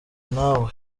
nawe